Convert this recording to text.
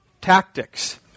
tactics